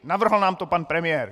Navrhl nám to pan premiér!